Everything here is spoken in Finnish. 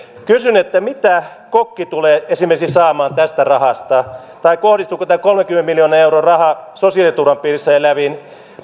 kysyn mitä esimerkiksi kokki tulee saamaan tästä rahasta kohdistuuko tämä kolmenkymmenen miljoonan euron raha sosiaaliturvan piirissä eläviin